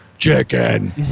chicken